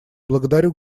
благодарю